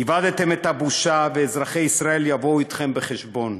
איבדתם את הבושה, ואזרחי ישראל יבואו אתכם חשבון.